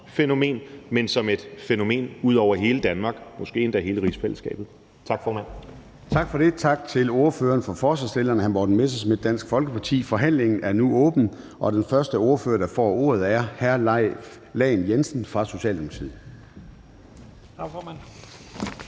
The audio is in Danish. men som et fænomen ud over hele Danmark, måske endda hele rigsfællesskabet. Tak, formand. Kl. 13:42 Formanden (Søren Gade): Tak for det. Tak til ordføreren for forslagsstillerne, hr. Morten Messerschmidt, Dansk Folkeparti. Forhandlingen er nu åbnet, og den første ordfører, der får ordet, er hr. Leif Lahn Jensen fra Socialdemokratiet. Kl.